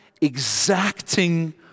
exacting